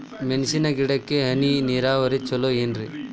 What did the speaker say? ಮೆಣಸಿನ ಗಿಡಕ್ಕ ಹನಿ ನೇರಾವರಿ ಛಲೋ ಏನ್ರಿ?